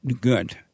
good